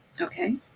Okay